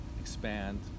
expand